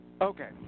Okay